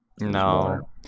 no